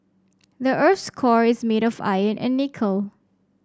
the earth's core is made of iron and nickel